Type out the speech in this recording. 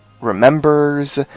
remembers